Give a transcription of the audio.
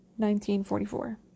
1944